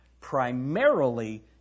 Primarily